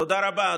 תודה רבה,